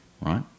right